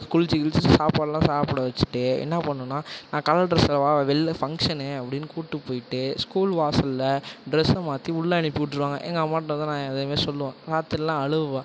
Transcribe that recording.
குளிச்சு கிளிச்சு சாப்பாடுலாம் சாப்பிட வச்சிகிட்டு என்ன பண்ணும்னா நான் கலர் டிரெஸில் வா வெளில ஃபங்க்ஷனு அப்படின்னு கூப்பிட்டுப் போயிவிட்டு ஸ்கூல் வாசலில் டிரெஸ்ஸை மாற்றி உள்ள அனுப்பிவிட்டுருவாங்க எங்கள் அம்மாகிட்ட வந்து நான் இதமாரி சொல்லுவேன் ராத்திரிலாம் அழுவுவேன்